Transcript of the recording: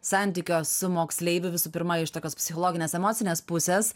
santykio su moksleiviu visų pirma iš tokios psichologinės emocinės pusės